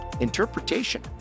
interpretation